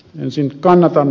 kannatan ed